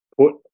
put